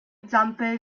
zampe